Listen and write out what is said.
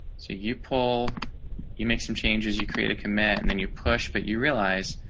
so you pull you make some changes you create a commit and then you push but you realize,